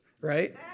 Right